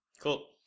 Cool